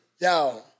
Yo